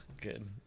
good